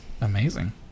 amazing